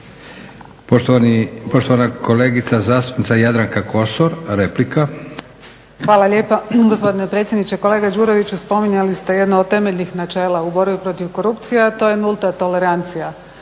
Poštovana kolegica zastupnica Jadranka Kosor, replika. **Kosor, Jadranka (Nezavisni)** Hvala lijepa gospodine predsjedniče. Kolega Đuroviću, spominjali ste jedna od temeljnih načela u borbi protiv korupcije, a to je nulta tolerancija